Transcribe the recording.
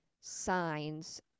signs